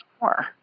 more